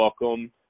welcome